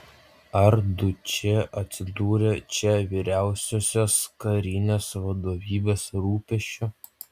ar dučė atsidūrė čia vyriausiosios karinės vadovybės rūpesčiu